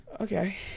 Okay